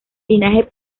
linaje